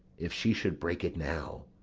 if she should break it now!